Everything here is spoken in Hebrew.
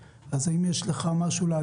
האם כל אחד מקים את המרכז שלו,